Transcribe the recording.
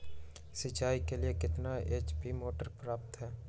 सिंचाई के लिए कितना एच.पी मोटर पर्याप्त है?